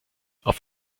auf